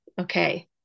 okay